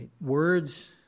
Words